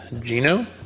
Gino